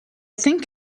think